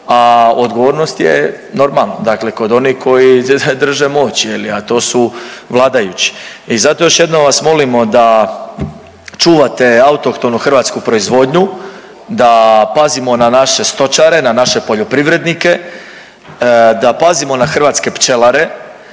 a odgovornost je normalno dakle kod onih koji drže moć je li, a to su vladajući. I zato još jednom vas molimo da čuvate autohtonu hrvatsku proizvodnju, da pazimo na naše stočare, na naše poljoprivrednike, da pazimo na hrvatske pčelare.